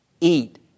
eat